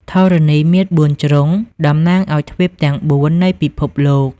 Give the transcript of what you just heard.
ធរណីមាត្របួនជ្រុង តំណាងឱ្យទ្វីបទាំងបួននៃពិភពលោក។